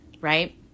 right